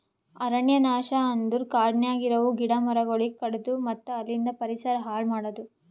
ಅರಣ್ಯ ನಾಶ ಅಂದುರ್ ಕಾಡನ್ಯಾಗ ಇರವು ಗಿಡ ಮರಗೊಳಿಗ್ ಕಡಿದು ಮತ್ತ ಅಲಿಂದ್ ಪರಿಸರ ಹಾಳ್ ಮಾಡದು